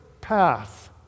path